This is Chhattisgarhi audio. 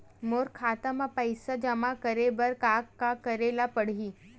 मोर खाता म पईसा जमा करे बर का का करे ल पड़हि?